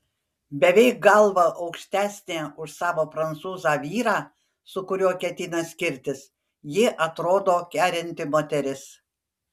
beveik galva aukštesnė už savo prancūzą vyrą su kuriuo ketina skirtis ji atrodo kerinti moteris